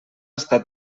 estat